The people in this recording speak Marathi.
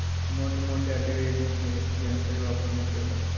मोठमोठ्या डेअरींमध्ये यंत्रे वापरण्यात येतात